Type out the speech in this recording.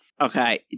Okay